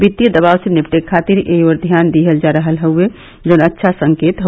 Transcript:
कि्तीय दबाव से निपटने के लिए इस ओर ध्यान दिया जा रहा है जो अच्छा संकेत है